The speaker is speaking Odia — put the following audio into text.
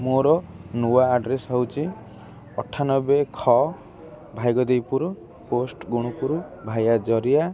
ମୋର ନୂଆ ଆଡ଼୍ରେସ୍ ହେଉଛି ଅଠାନବେ ଖ ଭାଇଗଦେଇପୁରୁ ପୋଷ୍ଟ ଗୁଣୁପୁରୁ ଭାୟା ଜରିଆ